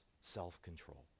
self-control